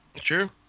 Sure